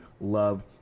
love